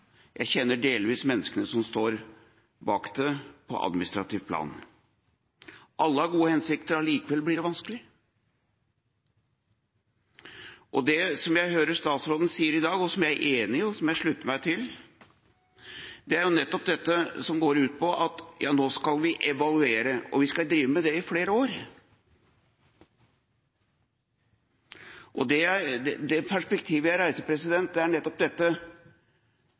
jeg kjenner delvis menneskene som står bak den på administrativt plan. Alle har gode hensikter, og allikevel blir det vanskelig. Og det som jeg hører statsråden sier i dag, og som jeg er enig i, og som jeg slutter meg til, er jo nettopp dette, at nå skal vi evaluere, og vi skal drive med det i flere år! Det perspektivet jeg reiser, er nettopp dette: Det